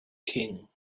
king